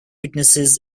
witnesses